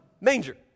manger